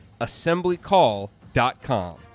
assemblycall.com